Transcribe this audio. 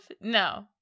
No